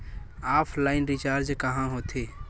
Offline recharge कहां होथे?